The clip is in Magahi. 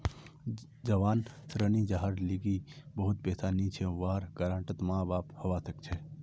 जवान ऋणी जहार लीगी बहुत पैसा नी छे वहार गारंटर माँ बाप हवा सक छे